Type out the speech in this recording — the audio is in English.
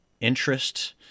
interest